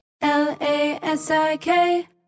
L-A-S-I-K